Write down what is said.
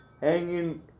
hanging